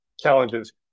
challenges